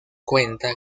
cuenta